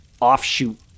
offshoot